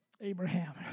Abraham